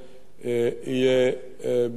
יהיה בנימין נתניהו